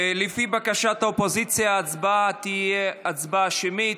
לפי בקשת האופוזיציה ההצבעה תהיה הצבעה שמית.